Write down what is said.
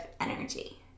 energy